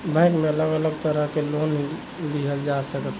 bank में अलग अलग तरह के लोन लिहल जा सकता